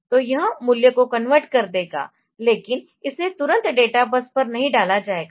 तो यह मूल्यको कन्वर्ट कर देगा लेकिन इसे तुरंत डेटाबस पर नहीं डाला जाएगा